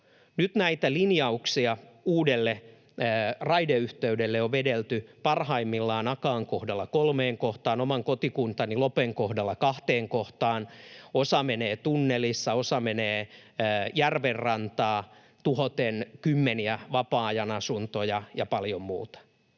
Nyt näitä linjauksia uudelle raideyhteydelle on vedelty parhaimmillaan Akaan kohdalla kolmeen kohtaan, oman kotikuntani Lopen kohdalla kahteen kohtaan. Osa menee tunnelissa, osa menee järvenrantaa tuhoten kymmeniä vapaa-ajanasuntoja ja paljon muuta.